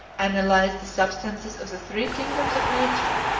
analyzed the substances of the three kingdoms of nature,